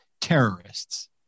terrorists